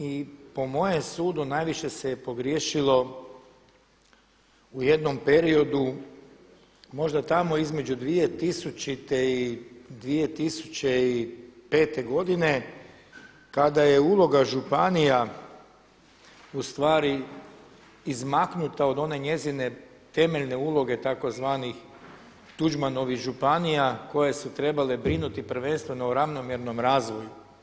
I po mojem sudu najviše se pogriješilo u jednom periodu možda tamo između 2000. i 2005. godine kada je uloga županija ustvari izmaknuta od one njezine temeljne uloge tzv. Tuđmanovih županija koje su trebale brinuti prvenstveno o ravnomjernom razvoju.